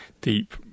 deep